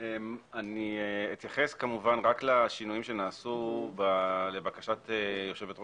אני אתייחס רק לשינויים שנעשו לבקשת יושבת-